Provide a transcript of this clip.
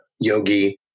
yogi